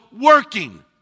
working